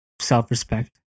self-respect